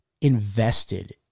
invested